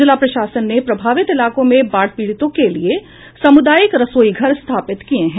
जिला प्रशासन ने प्रभावित इलाकों में बाढ़ पीड़ितों के लिए सामुदायिक रसोई घर स्थापित किये हैं